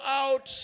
out